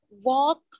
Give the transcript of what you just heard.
walk